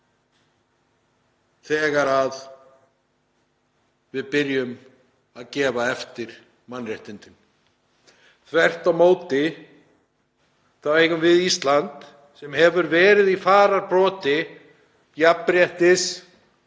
að byrja að gefa eftir mannréttindi. Þvert á móti eigum við á Íslandi, sem hefur verið í fararbroddi jafnréttis